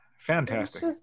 Fantastic